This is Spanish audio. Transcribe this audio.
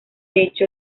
hecho